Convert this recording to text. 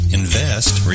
invest